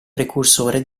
precursore